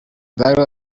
barrow